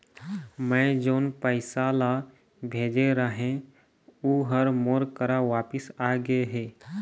मै जोन पैसा ला भेजे रहें, ऊ हर मोर करा वापिस आ गे हे